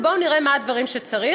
בואו נראה מה הדברים שצריך.